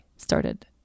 started